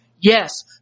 Yes